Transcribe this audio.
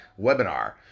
webinar